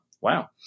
wow